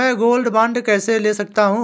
मैं gold bond कैसे ले सकता हूँ?